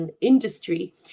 Industry